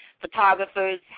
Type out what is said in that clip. photographers